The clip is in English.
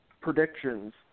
Predictions